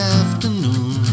afternoon